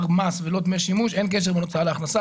כמס ולא כדמי שימוש אין קשר בין הוצאה להכנסה.